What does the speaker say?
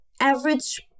average